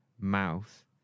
mouth